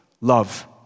love